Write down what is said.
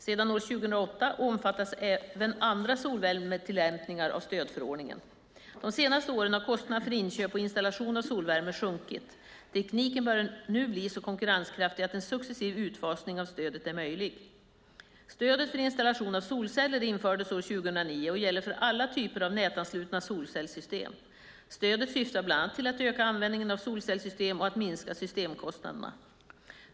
Sedan år 2008 omfattas även andra solvärmetillämpningar av stödförordningen. De senaste åren har kostnaderna för inköp och installation av solvärme sjunkit. Tekniken börjar nu bli så konkurrenskraftig att en successiv utfasning av stödet är möjlig. Stödet för installation av solceller infördes år 2009 och gäller för alla typer av nätanslutna solcellssystem. Stödet syftar bland annat till att öka användningen av solcellssystem och att minska systemkostnaderna.